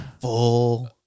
full